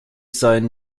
sein